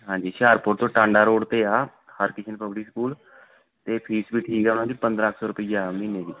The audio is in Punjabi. ਹਾਂਜੀ ਹੁਸ਼ਿਆਰਪੁਰ ਤੋਂ ਟਾਂਡਾ ਰੋਡ 'ਤੇ ਆ ਹਰਕ੍ਰਿਸ਼ਨ ਪਬਲਿਕ ਸਕੂਲ ਅਤੇ ਫੀਸ ਵੀ ਠੀਕ ਹੈ ਉਹਨਾਂ ਦੀ ਪੰਦਰਾਂ ਕੁ ਸੌ ਰੁਪਈਆ ਹੈ ਮਹੀਨੇ ਦੀ